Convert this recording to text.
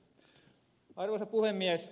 arvoisa puhemies